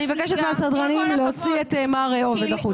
אני מבקשת מהסדרנים להוציא את מר עובד החוצה.